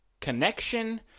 connection